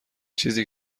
چیزی